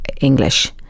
English